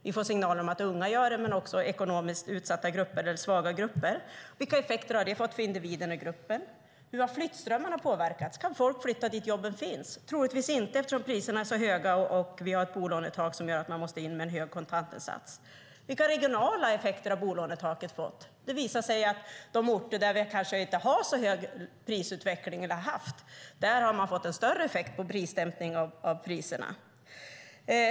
Vi får signaler om att det är unga men också ekonomiskt utsatta grupper eller svaga grupper. Vilka effekter har det fått för individen och gruppen? Hur har flyttströmmarna påverkats? Kan folk flytta dit jobben finns? Troligtvis inte eftersom priserna är höga och vi har ett bolånetak som gör att man måste in med en hög kontantinsats. Vilka regionala effekter har bolånetaket fått? Det visar sig att på de orter där det kanske inte har varit så stor prisutveckling har man fått en större effekt när det gäller dämpning av priserna.